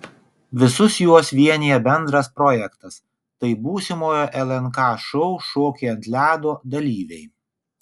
visus juos vienija bendras projektas tai būsimojo lnk šou šokiai ant ledo dalyviai